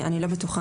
אני לא בטוחה,